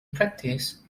practice